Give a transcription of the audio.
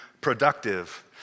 productive